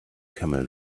camel